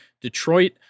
Detroit